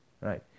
right